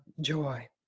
joy